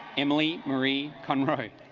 emily marie conroy